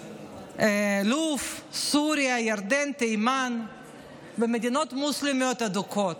לוב, סוריה, ירדן, תימן ומדינות מוסלמיות אדוקות.